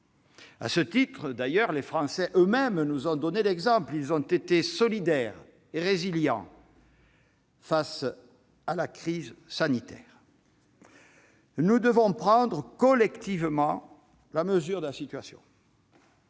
À ce titre, les Français eux-mêmes nous ont donné l'exemple. Ils ont été solidaires et résilients face à la crise sanitaire. Nous devons prendre collectivement la mesure de la situation.